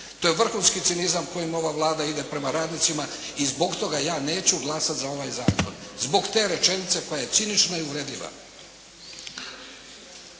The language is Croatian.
To je vrhunski cinizam kojim ova Vlada ide prema radnicima i zbog toga ja neću glasati za ovaj zakon. Zbog te rečenice koja je cinična i uvredljiva.